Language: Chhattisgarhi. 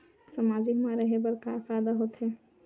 सामाजिक मा रहे बार का फ़ायदा होथे?